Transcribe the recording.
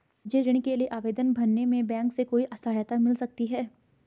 मुझे ऋण के लिए आवेदन भरने में बैंक से कोई सहायता मिल सकती है?